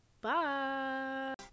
bye